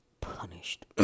punished